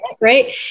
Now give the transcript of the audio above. right